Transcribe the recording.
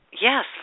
Yes